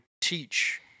teach